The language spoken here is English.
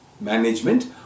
management